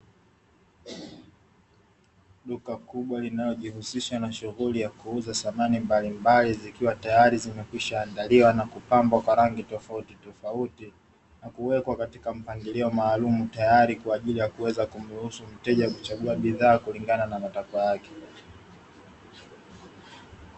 Duka kubwa linayojihusisha na shughuli ya kuuza samani mbalimbali zikiwa tayari zimekwisha andaliwa na kupambwa kwa rangi tofautitofauti, na kuwekwa katika mpangilio maalumu tayari kwa ajili ya kuweza kumruhusu mteja kuchagua bidhaa kulingana na matakwa yake.